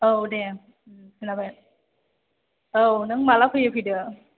औ दे खोनाबाय औ नों माला फैयो फैदो